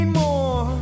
more